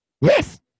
Yes